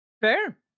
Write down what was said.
fair